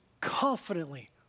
confidently